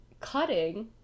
cutting